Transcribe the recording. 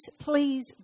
please